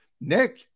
Nick